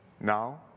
Now